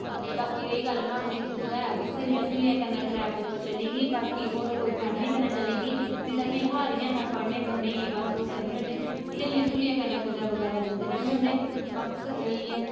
ते बाकी रेही गल्ल में कुदै अपनी स्हेलियैं स्हूलियैं कन्नैं ट्रैक उप्पर चली गेई बाकी होर कोई फैमली कन्नै चली गेई नेंई तां अस फिलहाल इयां पढ़्नें पुढ़नें गी ओह् करनें होनें स्हेलियैं स्हूलियैं कन्नैं बगैरा कुदै जन्नें रैह्नें होनें बस एह् ही ऐ